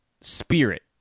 spirit